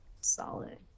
solid